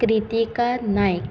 Kritika Naik